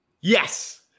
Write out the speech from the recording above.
Yes